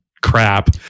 crap